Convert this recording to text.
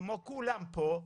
כמו כולם פה,